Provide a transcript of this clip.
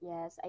Yes